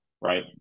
right